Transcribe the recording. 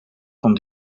van